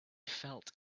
felt